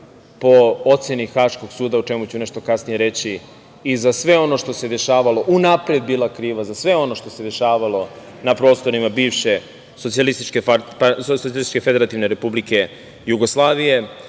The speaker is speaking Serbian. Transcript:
po oceni Haškog suda o čemu ću nešto kasnije reći i za sve ono što se dešavalo, unapred bila kriva, za sve ono što se dešavalo na prostorima bivše SFRJ. Srbija je kriva za etničko čišćenje